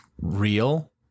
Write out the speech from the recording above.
real